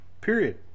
Period